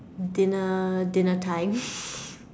dinner dinner time